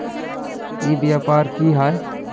ई व्यापार की हाय?